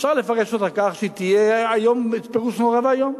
אפשר לפרש אותה פירוש נורא ואיום.